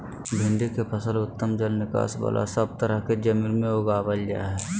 भिंडी के फसल उत्तम जल निकास बला सब तरह के जमीन में उगावल जा हई